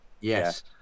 Yes